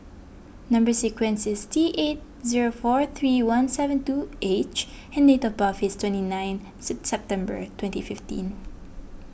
Number Sequence is T eight zero four three one seven two H and date of birth is twenty nine September twenty fifteen